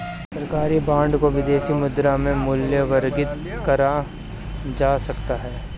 सरकारी बॉन्ड को विदेशी मुद्रा में मूल्यवर्गित करा जा सकता है